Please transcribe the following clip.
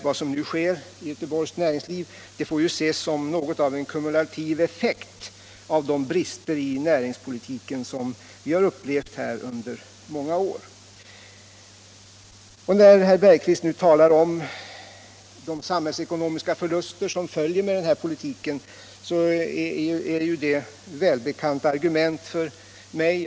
Vad som nu sker i Göteborgs näringsliv får ses som något av en kumulativ effekt av de brister i näringspolitiken som vi har upplevt under många år. När herr Bergqvist nu talar om de samhällsekonomiska förluster som följer med denna politik, så är det välbekanta argument för mig.